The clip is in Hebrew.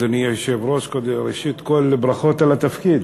אדוני היושב-ראש, ראשית כול ברכות על התפקיד.